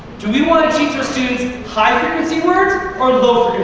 do we want to teach our students high frequency words or low